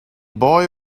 boy